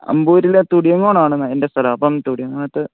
അമ്പൂരിലെ തുടിയങ്ങോണമാണ് എൻ്റെ സ്ഥലം അപ്പം തുടിയങ്ങോണത്ത്